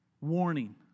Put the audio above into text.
warning